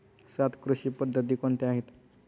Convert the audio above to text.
सात कृषी पद्धती कोणत्या आहेत?